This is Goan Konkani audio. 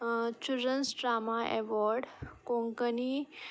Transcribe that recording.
children's drama award Konkani